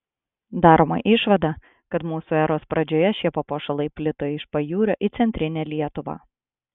daroma išvada kad mūsų eros pradžioje šie papuošalai plito iš pajūrio į centrinę lietuvą